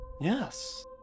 Yes